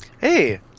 Hey